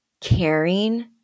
caring